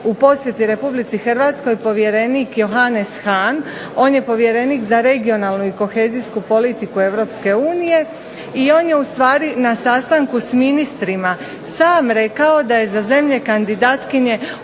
u posjeti RH povjerenik Johannes Hahn, on je povjerenik za regionalnu i kohezijsku politiku EU i on je ustvari na sastanku s ministrima sam rekao da je za zemlje kandidatkinje